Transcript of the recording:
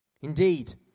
Indeed